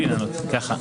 ככה,